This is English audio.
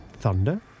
thunder